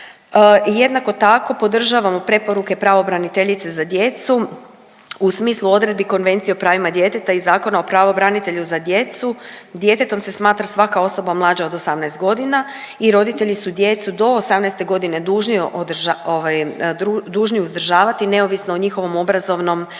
jednako tako podržavamo preporuke pravobraniteljice za djecu u smislu odredbi Konvencije o pravima djeteta i Zakona o pravobranitelju za djecu. Djetetom se smatra svaka osoba mlađa od 18 godina i roditelji su djecu do 18-te godine dužni održ… ovaj dužni uzdržavati neovisno o njihovom obrazovnom statusu.